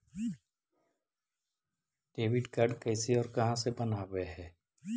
Debit card कैसे और कहां से बनाबे है?